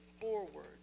forward